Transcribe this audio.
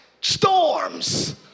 storms